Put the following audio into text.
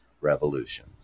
revolution